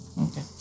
Okay